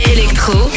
Electro